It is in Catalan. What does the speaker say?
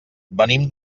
venim